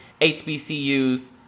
HBCUs